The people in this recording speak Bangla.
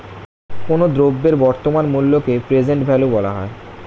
কোনো দ্রব্যের বর্তমান মূল্যকে প্রেজেন্ট ভ্যালু বলা হয়